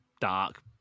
dark